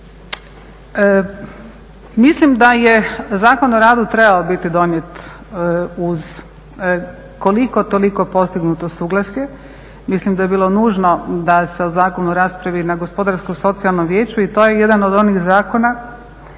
Mislim da je Zakon o radu trebao biti uz koliko toliko postignuto suglasje, mislim da je bilo nužno da se o zakonu raspravi na Gospodarsko-socijalnom vijeću i to je jedan od onih zakona